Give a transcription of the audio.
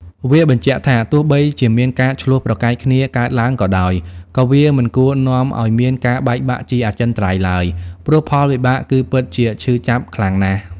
វាបញ្ជាក់ថា ទោះបីជាមានការឈ្លោះប្រកែកគ្នាកើតឡើងក៏ដោយ ក៏វាមិនគួរនាំឲ្យមានការបែកបាក់ជាអចិន្ត្រៃយ៍ឡើយ ព្រោះផលវិបាកគឺពិតជាឈឺចាប់ខ្លាំងណាស់។